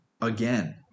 again